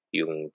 yung